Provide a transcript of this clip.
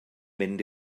mynd